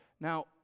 Now